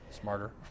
Smarter